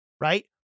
right